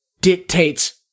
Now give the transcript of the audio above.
dictates